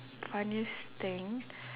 funniest thing